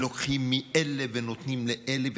לוקחים מאלה ונותנים לאלה.